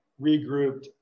regrouped